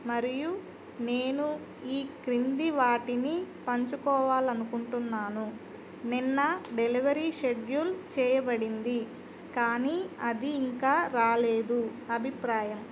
మరియు నేను ఈ క్రింది వాటిని పంచుకోవాలి అనుకుంటున్నాను నిన్న డెలివరీ షెడ్యూల్ చేయబడింది కానీ అది ఇంకా రాలేదు అభిప్రాయం